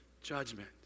judgment